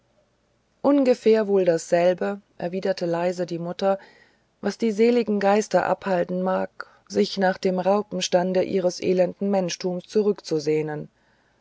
ungefähr wohl dasselbe erwiderte leise die mutter was die seligen geister abhalten mag sich nach dem raupenstande ihres elenden menschtums zurückzusehnen